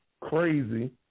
Crazy